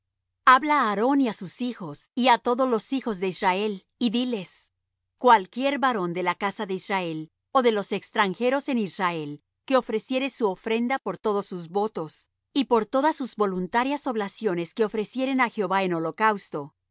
habla á aarón y á sus hijos y á todos los hijos de israel y diles cualquier varón de la casa de israel ó de los extranjeros en israel que ofreciere su ofrenda por todos sus votos y por todas sus voluntarias oblaciones que ofrecieren á jehová en holocausto de